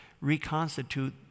reconstitute